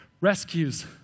rescues